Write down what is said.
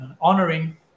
honoring